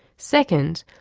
second,